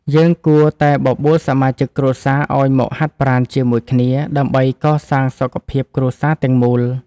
យើងគួរតែបបួលសមាជិកគ្រួសារឱ្យមកហាត់ប្រាណជាមួយគ្នា ដើម្បីកសាងសុខភាពគ្រួសារទាំងមូល។